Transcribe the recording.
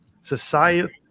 society